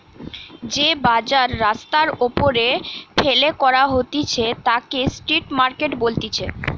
যে বাজার রাস্তার ওপরে ফেলে করা হতিছে তাকে স্ট্রিট মার্কেট বলতিছে